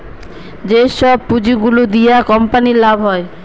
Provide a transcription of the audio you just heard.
যেসব পুঁজি গুলো দিয়া কোম্পানির লাভ হয়